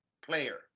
player